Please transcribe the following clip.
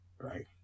Right